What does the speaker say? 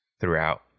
throughout